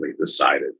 decided